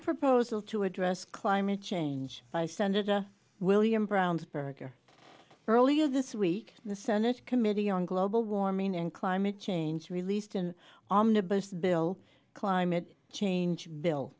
proposal to address climate change by senator william brownsburg or earlier this week the senate committee on global warming and climate change released an omnibus bill climate change bill